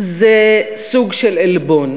זה סוג של עלבון.